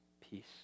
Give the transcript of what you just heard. peace